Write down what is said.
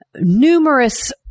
numerous